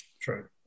True